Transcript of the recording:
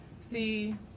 See